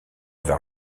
vers